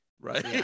right